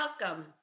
welcome